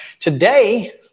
Today